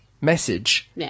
message